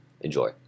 Enjoy